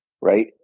Right